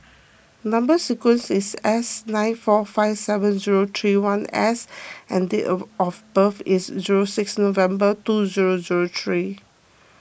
Number Sequence is S nine four five seven zero two one S and date of of birth is zero six November two zero zero three